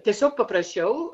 tiesiog paprašiau